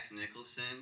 Nicholson